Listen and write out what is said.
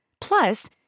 Plus